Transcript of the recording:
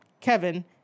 Kevin